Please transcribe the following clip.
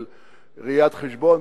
של ראיית-חשבון,